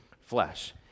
flesh